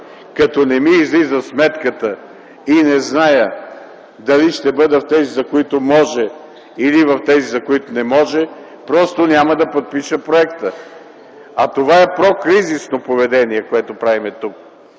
като не ми излиза сметката и не зная дали ще бъда в тези, за които може, или в тези, за които не може, просто няма да подпиша проекта. А това, което правим тук,